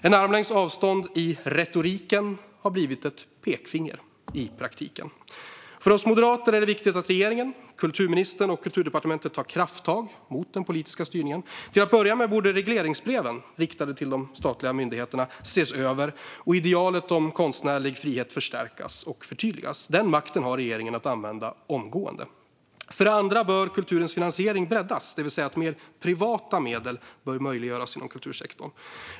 En armlängds avstånd i retoriken har blivit ett pekfinger i praktiken. För det första borde regleringsbreven riktade till de statliga myndigheterna ses över och idealet om konstnärlig frihet förstärkas och förtydligas. Den makten har regeringen, och den kan användas omgående. För det andra bör kulturens finansiering breddas, det vill säga mer privata medel bör möjliggöras inom kultursektorn.